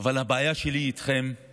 אבל הבעיה שלי איתכם היא